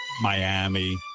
Miami